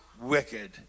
wicked